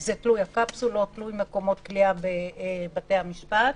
זה תלוי הקפסולות, תלוי מקומות כליאה בבתי המשפט.